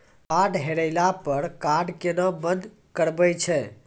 Card हेरैला पर card केना बंद करबै छै?